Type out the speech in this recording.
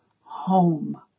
home